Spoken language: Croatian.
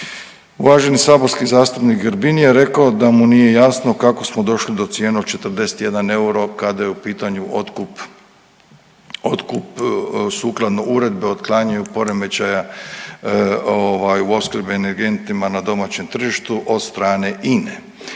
Uvaženi saborski zastupnik Grbin je rekao da mu nije jasno kako smo došli do cijene od 41 euro kada je u pitanju otkup, otkup sukladno Uredbi o otklanjanju poremećaja ovaj u opskrbi energentima na domaćem tržištu od strane INA-e.